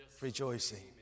Rejoicing